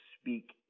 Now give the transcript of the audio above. speak